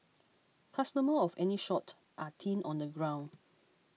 customers of any sort are thin on the ground